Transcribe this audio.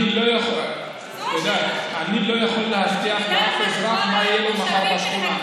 אני לא יכול להבטיח מה יהיה מחר בשכונה.